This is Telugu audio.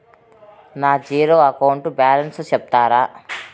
నా జీరో అకౌంట్ బ్యాలెన్స్ సెప్తారా?